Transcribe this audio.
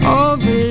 over